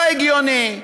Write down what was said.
לא הגיוני,